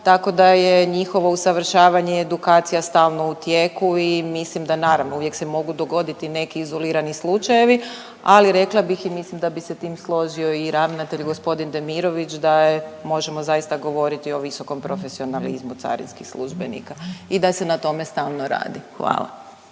Tako da je njihovo usavršavanje i edukacija stalno u tijeku i mislim da naravno uvijek se mogu dogoditi neki izolirani slučajevi, ali rekla bih i mislim da bi se s tim složio i ravnatelj gospodin Demirović da u možemo zaista govoriti o visokom profesionalizmu carinskih službenika i da se na tome stalno radi. Hvala.